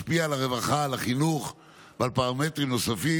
משפיע על הרווחה, על החינוך ועל פרמטרים נוספים.